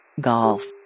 Golf